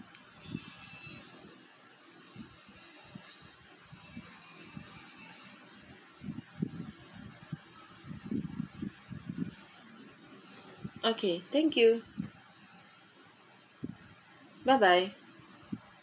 okay thank you bye bye